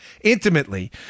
intimately